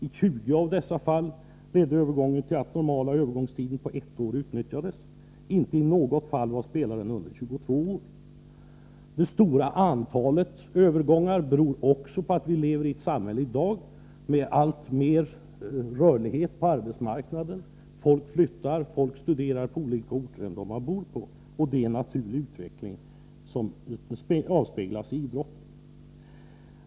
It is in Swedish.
I 20 av dessa fall ledde övergången till att den normala övergångstiden på ett år utnyttjades. Inte i något fall var spelaren yngre än 22 år. Det stora antalet övergångar beror också på att vi i dag lever i ett samhälle med allt större rörlighet på arbetsmarknaden — folk flyttar, studerar på annan ort än där de bor, osv. Det är en naturlig utveckling, som avspeglas inom idrotten.